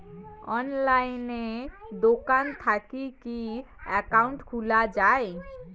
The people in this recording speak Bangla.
অনলাইনে দোকান থাকি কি একাউন্ট খুলা যায়?